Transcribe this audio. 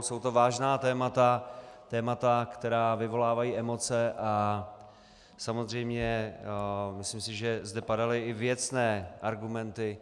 Jsou to vážná témata, témata, která vyvolávají emoce, a samozřejmě myslím si, že zde padaly i věcné argumenty.